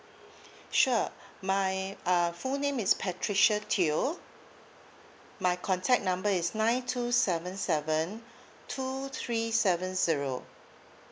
sure my uh full name is patricia teoh my contact number is nine two seven seven two three seven zero